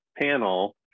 panel